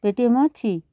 P T M ଅଛି